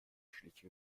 schliche